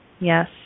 yes